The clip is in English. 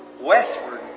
westward